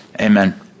Amen